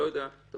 פה